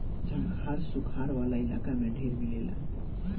झंखाड़ सुखार वाला इलाका में ढेरे मिलेला